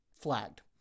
flagged